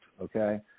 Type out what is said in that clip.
Okay